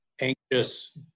anxious